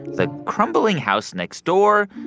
the crumbling house next door.